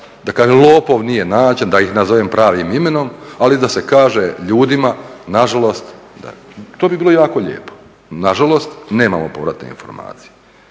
kažem lopov nije nađen, da ih nazovem pravim imenom ali da se kaže ljudima, nažalost, to bi bilo jako lijepo, nažalost nemamo povratne informacije.